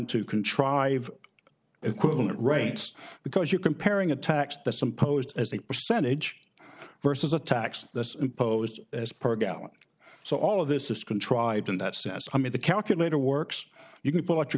to contrive equivalent rates because you're comparing a tax this imposed as a percentage versus a tax that is imposed as per gallon so all of this is contrived in that sense i mean the calculator works you can pull out your